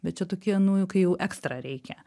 bet čia tokie nu kai jau ekstra reikia